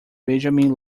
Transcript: benjamin